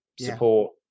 support